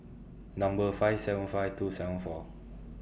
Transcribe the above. Number five seven five two seven four